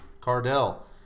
Cardell